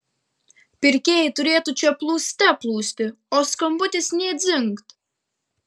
pirkėjai turėtų čia plūste plūsti o skambutis nė dzingt